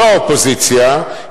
לא האופוזיציה,